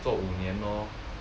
做五年哦